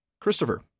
Christopher